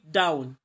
down